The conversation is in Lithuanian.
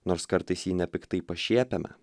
nors kartais jį nepiktai pašiepiame